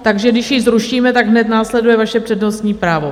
Takže když ji zrušíme, tak hned následuje vaše přednostní právo.